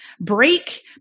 break